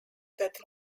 that